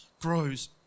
grows